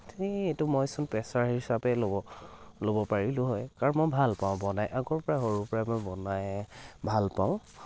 এই এইটো মই চোন পেছা হিচাপেই ল'ব পাৰিলোঁ হয় কাৰণ মই ভাল পাওঁ বনাই আগৰ পৰাই সৰুৰ পৰাই বনাই ভাল পাওঁ